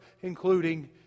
including